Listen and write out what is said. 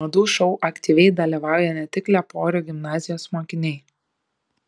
madų šou aktyviai dalyvauja ne tik lieporių gimnazijos mokiniai